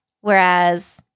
whereas